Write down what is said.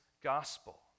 gospel